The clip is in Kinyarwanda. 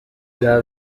bwa